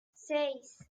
seis